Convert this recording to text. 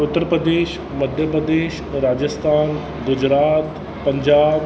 Uttar Pradesh Madhya Pradesh Rajasthan Gujarat Punjab